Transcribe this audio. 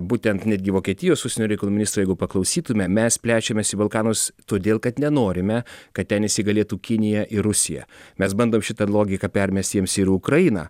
būtent netgi vokietijos užsienio reikalų ministro jeigu paklausytume mes plečiamės į balkanus todėl kad nenorime kad ten įsigalėtų kinija ir rusija mes bandom šitą logiką permesti jiems ir į ukrainą